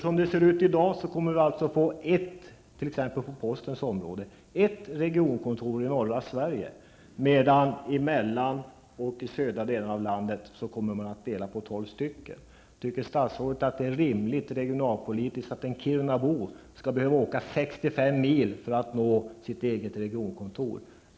Som det ser ut i dag kommer vi t.ex. på postens område att få ett regionkontor i norra Sverige, medan man i mellersta och södra delarna av landet kommer att dela på tolv sådana kontor. Tycker statsrådet att det är rimligt regionalpolitiskt att en kirunabo skall behöva åka 65 mil för att få nå sitt eget regionkontor?